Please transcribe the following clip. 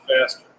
faster